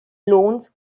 loans